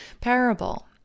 parable